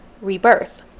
rebirth